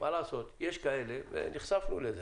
מה לעשות, יש כאלה, ונחשפנו לזה